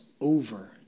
over